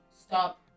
stop